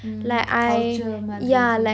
mm culture மாதிரி:maathiri